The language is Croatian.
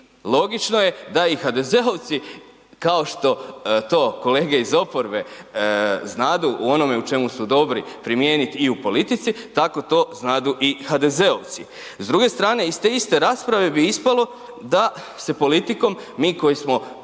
logično je da i HDZ-ovci kao što to kolege iz oporbe znadu u onom u čemu su dobri primijeniti i u politici, tako to znadu i HDZ-ovci. S druge strane, iz te iste rasprave bi ispalo da se politikom mi koji smo prije